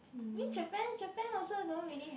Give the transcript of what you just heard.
mean Japan Japan also don't really have